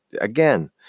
again